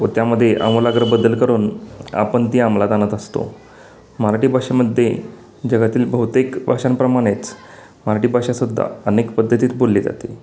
व त्यामदे आमूलाग्र बदल करून आपन ती आमलात आणत असतो मराटी भाषेमद्दे जगातील बहुतेक भाषांप्रमाणेच मराटी भाषा सुद्धा अनेक पद्धतीत बोलली जाते